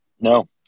no